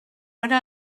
era